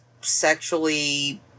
sexually